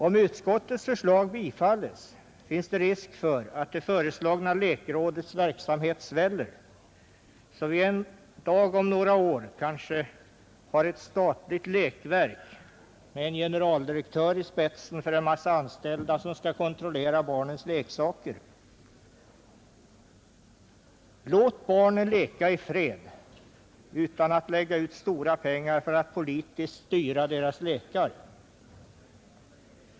Om utskottets förslag bifalles finns det risk för att det föreslagna lekrådets verksamhet sväller, så att vi en dag om några år kanske har ett statligt lekverk med en generaldirektör i spetsen för en mängd anställda, som skall kontrollera barnens leksaker. Låt barnen leka i fred utan att vi lägger ut stora pengar för att politiskt styra deras lekar!